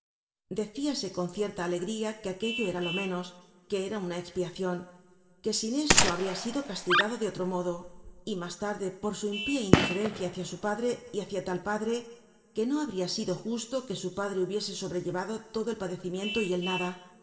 decíase con cierta alegría que aquello era lo menos que era una expiacion que sin esto habria sido castigado de otro modo y mas tarde por su impía indiferencia hácia su padre y hácia tal padre que no habria sido justo que su padre hubiese sobrellevado todo el padecimiento y él nada